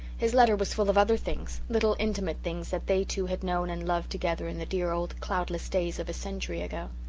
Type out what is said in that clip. his letter was full of other things little intimate things that they two had known and loved together in the dear old cloudless days of a century ago.